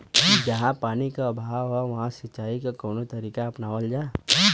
जहाँ पानी क अभाव ह वहां सिंचाई क कवन तरीका अपनावल जा?